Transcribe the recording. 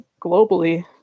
globally